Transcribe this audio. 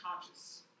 conscious